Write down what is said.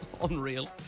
Unreal